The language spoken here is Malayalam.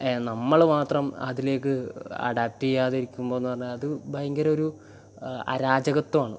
നമ്മൾ മാത്രം അതിലേക്ക് അഡാപ്റ്റ് ചെയ്യാതിരിക്കുമ്പോൾ എന്ന് പറഞ്ഞാൽ അത് ഭയങ്കര ഒരു അരാജകത്വമാണ്